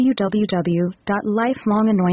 www.lifelonganointing.com